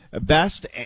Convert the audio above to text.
best